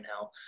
now